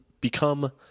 become